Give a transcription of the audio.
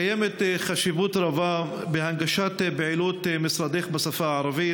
קיימת חשיבות רבה בהנגשת פעילות משרדך בשפה הערבית.